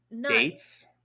dates